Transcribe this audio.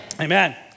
Amen